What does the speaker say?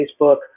Facebook